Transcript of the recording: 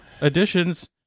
additions